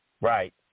Right